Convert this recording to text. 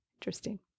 interesting